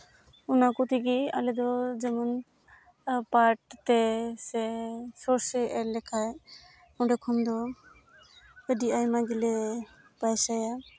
ᱚᱱᱟ ᱠᱚ ᱛᱮᱜᱮ ᱟᱞᱮ ᱫᱚ ᱡᱮᱢᱚᱱ ᱯᱟᱴ ᱛᱮ ᱥᱚᱨᱥᱮ ᱮᱨᱻ ᱞᱮᱠᱷᱟᱡ ᱚᱸᱰᱮ ᱠᱷᱚᱡ ᱫᱚ ᱟᱹᱰᱤ ᱟᱭᱢᱟ ᱜᱮᱞᱮ ᱯᱚᱭᱥᱟᱭᱟ